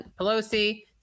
Pelosi